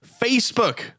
Facebook